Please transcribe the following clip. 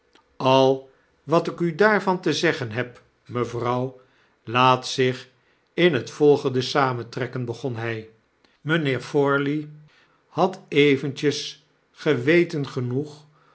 al wat ik u daarvan te zeggen heb mevrouw laat zich in het volgende samentrekken begon hy mynheer forley hadeventjesgeweten genoeg